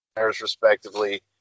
respectively